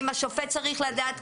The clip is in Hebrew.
אם השופט צריך לדעת,